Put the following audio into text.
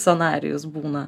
scenarijus būna